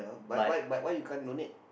but why but why you can't donate